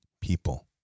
people